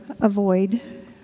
avoid